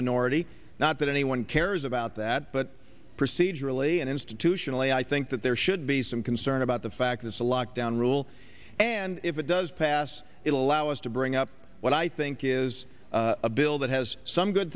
minority not that anyone cares about that but procedurally and institutionally i think that there should be some concern about the fact this a lockdown rule and if it does pass it will allow us to bring up what i think is a bill that has some good